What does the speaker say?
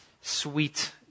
sweet